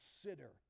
consider